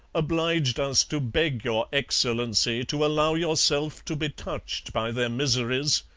obliged us to beg your excellency, to allow yourself to be touched by their miseries,